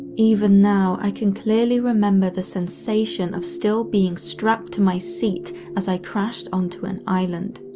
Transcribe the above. even now, i can clearly remember the sensation of still being strapped to my seat as i crashing onto an island.